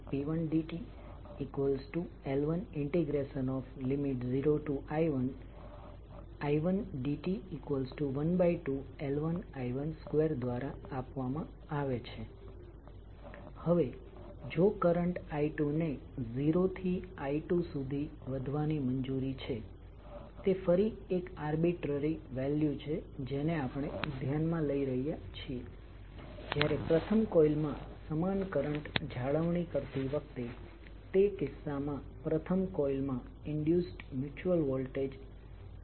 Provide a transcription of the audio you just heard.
transformers એ power system network ના મુખ્ય સર્કિટ એલિમેન્ટ છે કારણ કે જ્યારે પણ આપણે વોલ્ટેજ ના લેવલ ને બદલવું પડે છે જેનો અર્થ થાય છે કે તમે પાવર સિસ્ટમ નેટવર્કમાં સ્ટેપીંગ અપ અથવા સ્ટેપીંગ ડાઉન કરો છો તમારે તે કિસ્સાઓમાં ટ્રાન્સફોર્મરની જરૂર પડે છે